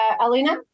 Alina